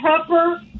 pepper